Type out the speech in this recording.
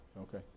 okay